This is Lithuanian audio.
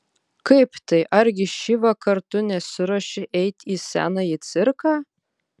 kaip tai argi šįvakar tu nesiruoši eiti į senąjį cirką